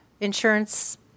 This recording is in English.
insurance